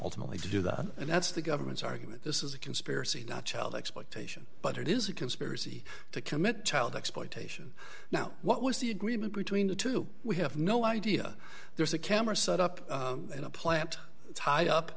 failed to do that and that's the government's argument this is a conspiracy not child exploitation but it is a conspiracy to commit child exploitation now what was the agreement between the two we have no idea there's a camera set up in a plant tied up